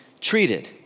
treated